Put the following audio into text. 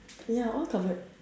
ya all covered